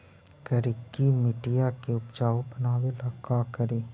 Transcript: करिकी मिट्टियां के उपजाऊ बनावे ला का करी?